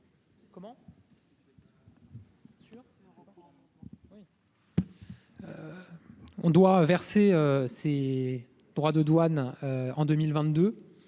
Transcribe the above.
devons verser ces droits de douane en 2022.